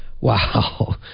Wow